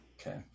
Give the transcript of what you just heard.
Okay